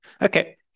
Okay